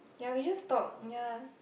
ya we just talk ya